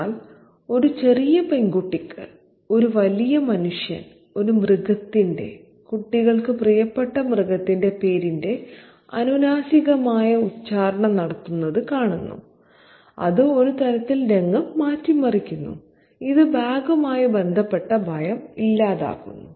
എന്നാൽ ഒരു ചെറിയ പെൺകുട്ടിക്ക് ഒരു വലിയ മനുഷ്യൻ ഒരു മൃഗത്തിന്റെ കുട്ടികൾക്ക് പ്രിയപ്പെട്ട മൃഗത്തിന്റെ പേരിന്റെ അനുനാസികമായ ഉച്ചാരണം നടത്തുന്നത് കാണുന്നു അത് ഒരുതരത്തിൽ രംഗം മാറ്റിമറിക്കുന്നു ഇത് ബാഗുമായി ബന്ധപ്പെട്ട ഭയം ഇല്ലാതാക്കുന്നു